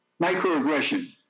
Microaggression